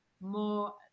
more